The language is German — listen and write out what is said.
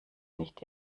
nicht